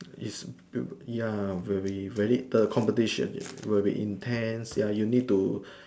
is ya very very the competition will be intense ya you need to